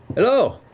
hello!